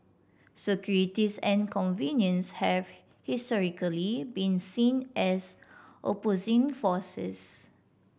securities and convenience have historically been seen as opposing forces